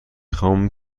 خوام